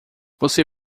você